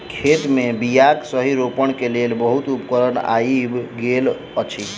खेत मे बीयाक सही रोपण के लेल बहुत उपकरण आइब गेल अछि